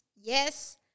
Yes